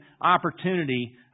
opportunity